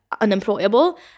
unemployable